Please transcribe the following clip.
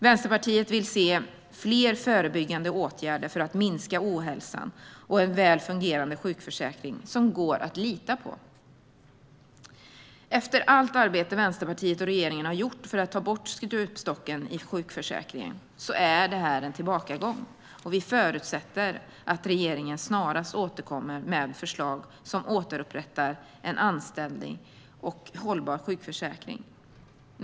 Vänsterpartiet vill se fler förebyggande åtgärder för att minska ohälsan och en väl fungerande sjukförsäkring som går att lita på. Efter allt arbete Vänsterpartiet och regeringen har gjort för att ta bort stupstocken i sjukförsäkringen är detta en tillbakagång. Vi förutsätter att regeringen snarast återkommer med förslag som återupprättar en anständig och hållbar sjukförsäkring.